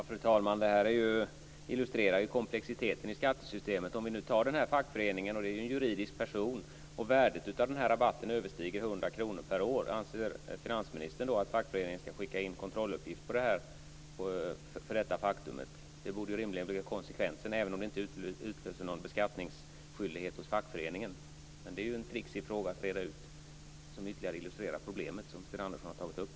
Fru talman! Det här illustrerar komplexiteten i skattesystemet. Låt oss ta fackföreningen. Det är ju en juridisk person. Om värdet av rabatten överstiger 100 kr per år, anser finansministern då att fackföreningen skall skicka in kontrolluppgift för detta faktum? Det borde ju rimligen bli konsekvensen, även om det inte utlöser någon beskattningsskyldighet hos fackföreningen. Det är ju en tricksig fråga att reda ut, som ytterligare illustrerar problemet som Sten Andersson har tagit upp.